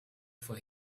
for